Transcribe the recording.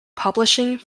publishing